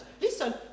Listen